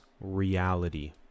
reality